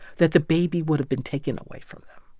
that the baby would have been taken away from them.